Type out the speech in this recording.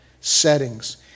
settings